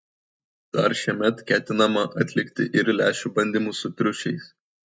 dar šiemet ketinama atlikti ir lęšių bandymus su triušiais